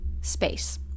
space